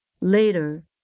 Later